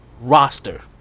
roster